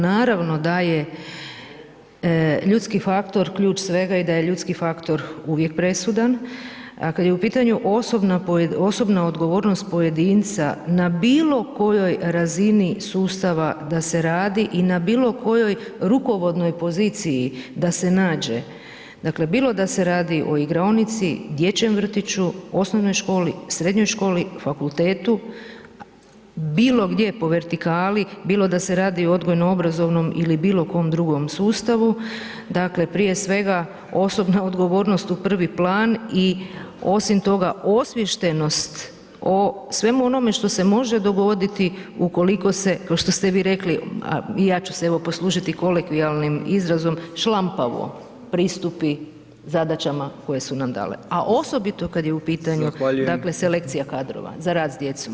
Naravno da je ljudski faktor ključ svega i da je ljudski faktor uvijek presudan, a kad je u pitanju osobna odgovornost pojedinca na kojoj razini sustava da se radi i na bilo kojoj rukovodnoj poziciji da se nađe, dakle, bilo da se radi o igraonici, dječjem vrtiću, osnovnoj školi, srednjoj školi, fakultetu, bilo gdje po vertikali, bilo da se radi o odgojno obrazovnom ili bilo kom drugom sustavu, dakle, prije svega, osobna odgovornost u prvi plan i osim toga, osviještenost o svemu onome što se može dogoditi ukoliko se, košto ste vi rekli, a i ja ću se evo poslužiti kolekvijalnim izrazom šlampavo pristupi zadaćama koje su nam dale, a osobito kad je u pitanju [[Upadica: Zahvaljujem]] dakle, selekcija kadrova za rad s djecom.